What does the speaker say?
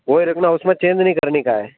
वही रखना उसमें चेन्ज नहीं करने का है